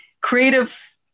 creative